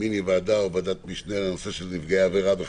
מיני ועדה או ועדת משנה לנושא של נפגעי עבירה,